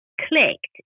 clicked